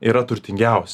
yra turtingiaus